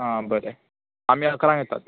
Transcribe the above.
आं बरें आमी अकरांक येतात